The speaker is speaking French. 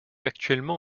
actuellement